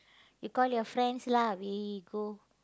you call your friends lah we go